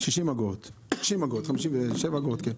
57 אגורות.